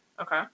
Okay